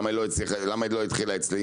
למה היא לא התחילה אצלי,